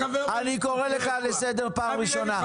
אני קורא לך לסדר פעם ראשונה.